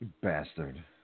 Bastard